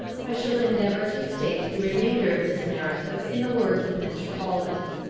i shall endeavour to state the remainder of this narrative in the words of mr. collins.